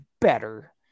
better